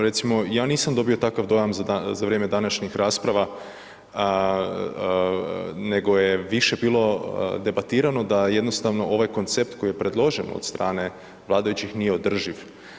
Recimo, ja nisam dobio takav dojam za vrijeme današnjih rasprava nego je više bilo debatirano da jednostavno ovaj koncept koji je predložen od strane vladajućih nije održiv.